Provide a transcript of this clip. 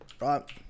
right